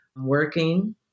working